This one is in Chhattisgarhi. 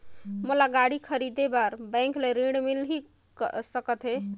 मोला गाड़ी खरीदे बार बैंक ले ऋण मिल सकथे?